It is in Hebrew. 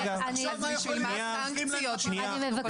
אז תחשוב מה יכול להיות אם עוזרים להם בפן --- אני מבקשת,